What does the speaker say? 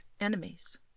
enemies